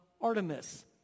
Artemis